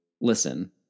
Listen